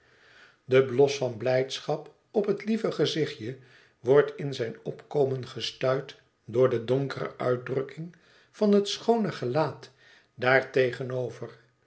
de blos van blijdschap op het lieve gezichtje wordt in zijn opkomen gestuit door de donkere uitdrukking van het schoone gelaat daartegenover